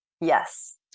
Yes